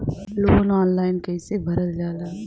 Loan online कइसे भरल जाला?